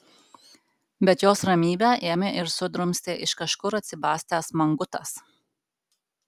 bet jos ramybę ėmė ir sudrumstė iš kažkur atsibastęs mangutas